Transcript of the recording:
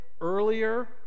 earlier